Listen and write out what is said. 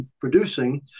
producing